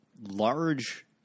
large